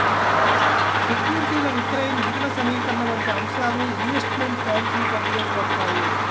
సెక్యూరిటీల విక్రయం, నిధుల సమీకరణ వంటి అంశాలు ఇన్వెస్ట్మెంట్ బ్యాంకింగ్ పరిధిలోకి వత్తాయి